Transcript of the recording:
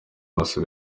maso